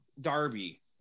Darby